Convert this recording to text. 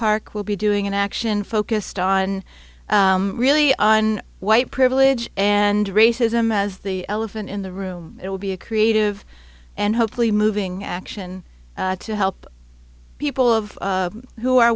park we'll be doing an action focused on really on white privilege and racism as the elephant in the room it will be a creative and hopefully moving action to help people of who are